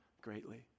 greatly